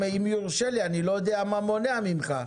אם יורשה לי, אני לא יודע מה מונע ממך.